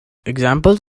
examples